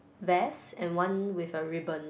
vest and one with a ribbon